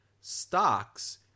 stocks